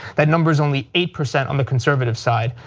that number is only eight percent on the conservative side.